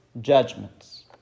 judgments